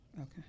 okay